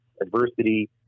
adversity